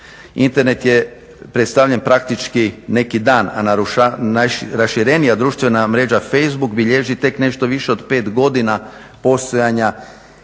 Internet je predstavljen praktički neki dan, a najraširenija društvena mreža Facebook bilježi tek nešto više od 5 godina postojanja i